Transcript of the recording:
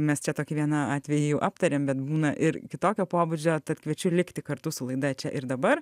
mes čia tokį vieną atvejį jau aptarėm bet būna ir kitokio pobūdžio tad kviečiu likti kartu su laida čia ir dabar